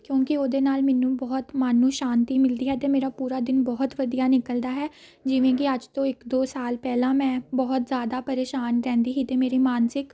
ਕਿਉਂਕਿ ਉਹਦੇ ਨਾਲ ਮੈਨੂੰ ਬਹੁਤ ਮਨ ਨੂੰ ਸ਼ਾਂਤੀ ਮਿਲਦੀ ਹੈ ਅਤੇ ਮੇਰਾ ਪੂਰਾ ਦਿਨ ਬਹੁਤ ਵਧੀਆ ਨਿਕਲਦਾ ਹੈ ਜਿਵੇਂ ਕਿ ਅੱਜ ਤੋਂ ਇੱਕ ਦੋ ਸਾਲ ਪਹਿਲਾਂ ਮੈਂ ਬਹੁਤ ਜ਼ਿਆਦਾ ਪ੍ਰੇਸ਼ਾਨ ਰਹਿੰਦੀ ਸੀ ਅਤੇ ਮੇਰੀ ਮਾਨਸਿਕ